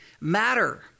matter